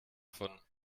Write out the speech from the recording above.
von